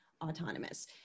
autonomous